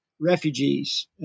refugees